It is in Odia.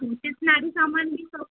ଷ୍ଟେସନାରୀ ସାମାନ୍ ବି ସବୁ